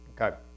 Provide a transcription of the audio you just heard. Okay